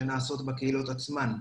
שנעשות בקהילות עצמן.